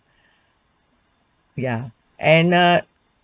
ya and err